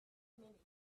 minute